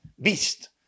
beast